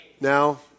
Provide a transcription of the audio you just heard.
Now